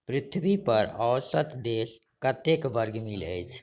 पृथ्वी पर औसत देश कतेक वर्ग मील अछि